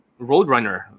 roadrunner